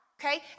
okay